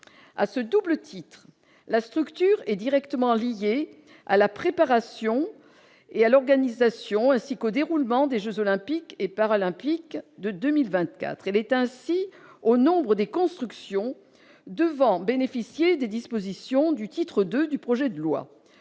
à ce double titre, la structure est directement liée à la préparation et à l'organisation, ainsi qu'au déroulement des Jeux olympiques et paralympiques de 2024 elle est ainsi au nombres des constructions devant bénéficier des dispositions du titre 2 du projet de loi,